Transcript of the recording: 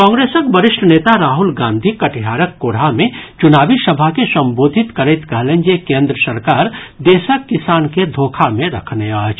कांग्रेसक वरिष्ठ नेता राहुल गांधी कटिहारक कोढा मे चुनावी सभा के संबोधित करैत कहलनि जे केन्द्र सरकार देशक किसान के धोखा मे रखने अछि